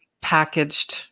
packaged